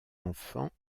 enfants